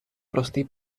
простий